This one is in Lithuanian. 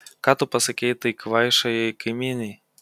ką tu pasakei tai kvaišajai kaimynei